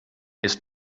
ist